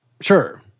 Sure